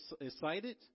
excited